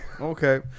Okay